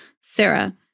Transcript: Sarah